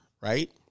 right